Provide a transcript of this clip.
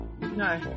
No